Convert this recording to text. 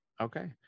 Okay